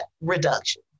reduction